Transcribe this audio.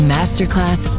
Masterclass